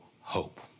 hope